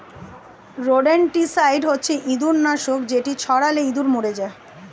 rodenticide হচ্ছে ইঁদুর নাশক যেটি ছড়ালে ইঁদুর মরে যায়